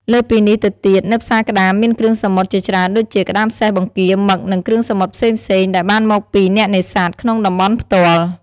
លើសពីនេះទៅទៀតនៅផ្សារក្តាមមានគ្រឿងសមុទ្រជាច្រើនដូចជា ក្ដាមសេះ បង្គា មឹក និងគ្រឿងសមុទ្រផ្សេងៗ ដែលបានមកពីអ្នកនេសាទក្នុងតំបន់ផ្ទាល់។